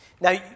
Now